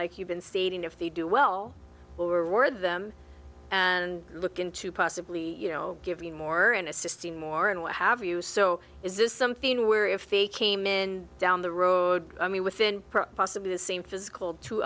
like you've been stating if they do well or word them and look into possibly you know giving more and assisting more and what have you so is this something where if they came in down the road i mean within possibly the same physical to